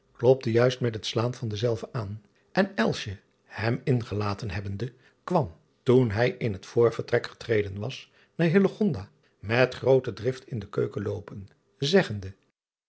juist met het slaan van dezelve aan en hem ingelaten hebbende kwam toen hij in het voorvertrek getreden was naar met groote drift in de keuken loopen zeggende